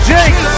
Jake